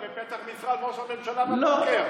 בפתח משרד ראש הממשלה בבוקר.